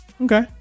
okay